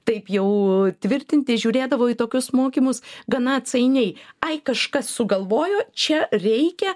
taip jau tvirtinti žiūrėdavo į tokius mokymus gana atsainiai ai kažkas sugalvojo čia reikia